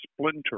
splinter